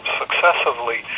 successively